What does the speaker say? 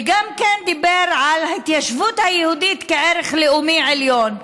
וגם דיבר על ההתיישבות היהודית כערך לאומי עליון.